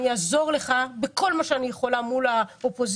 אני אעזור לך בכל מה שאני יכולה מול האופוזיציה